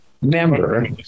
member